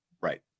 Right